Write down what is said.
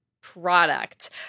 product